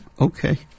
Okay